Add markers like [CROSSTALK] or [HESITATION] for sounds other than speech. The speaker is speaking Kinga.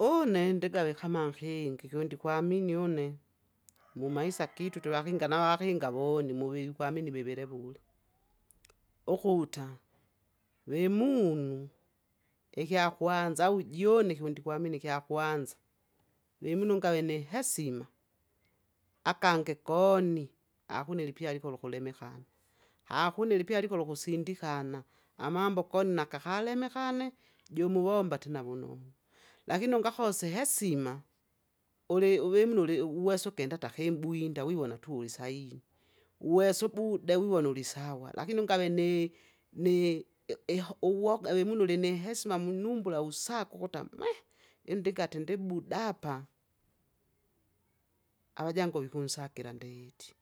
Une ndingave kama nkinga ikyo ndikwamini une, [NOISE] mumaisa kitu twevakinga navakinga voni muwi wikwamini vivile vule. Ukuta, vemun'gu, ikyakwanza au june kiwi ndikwamini ikyakwanza, vimunu ungave nihesima, akangi koni, akuna ilipya likoli kulimikani. Hakuna ilipya likolo ukusindikana, amambo koni nakaka lemekane, jumuwomba atina wunonu, lakini ungakose ihesima, uli uvimnuli u- uwesa ukenda hata kimbwinda viwona tu ulisahihi, uwesa ubude wiwona ulisawa lakini ungave ni- ni iho- uwoga wemunu ulinihesima munumula usaka ukuta [HESITATION] indigate ndibuda apa, avajango vikunsakila ndeti.